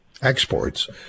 exports